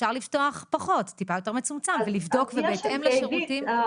אפשר לפתוח פחות ולבדוק ובהתאם לשירותים.